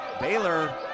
Baylor